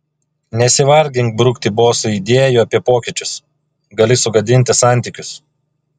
nesivargink brukti bosui idėjų apie pokyčius gali sugadinti santykius